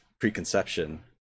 preconception